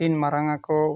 ᱛᱤᱱ ᱢᱟᱨᱟᱝᱟᱠᱚ